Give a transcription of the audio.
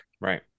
right